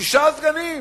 שישה סגנים,